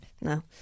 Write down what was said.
No